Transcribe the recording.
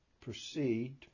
proceed